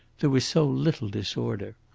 there was so little disorder.